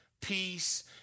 peace